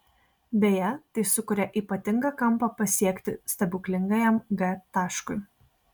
beje tai sukuria ypatingą kampą pasiekti stebuklingajam g taškui